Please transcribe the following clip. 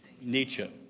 Nietzsche